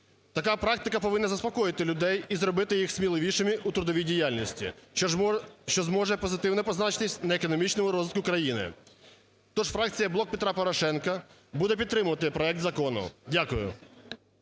Така практика повинна заспокоїти людей і зробити їх сміливішими у трудовій діяльності, що зможе позитивно позначитись на економічному розвитку країни. Тож фракція "Блок Петра Порошенка" буде підтримувати проект закону. Дякую.